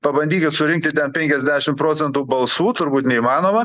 pabandykit surinkiti ten penkiasdešim procentų balsų turbūt neįmanoma